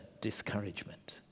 discouragement